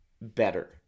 better